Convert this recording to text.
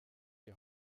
die